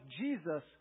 Jesus